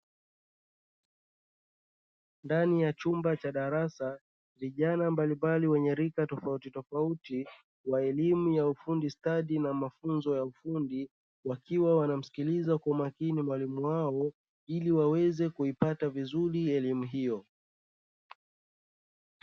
Ndani ya chumba cha darasa, vijana mbalimbali wenye rika tofauti tofauti wa elimu ya ufundi stadi na mafunzo ya ufundi, wakiwa wanamsikiliza kwa umakini mwalimu wao, ili waweze kuipata vizuri elimu hiyo.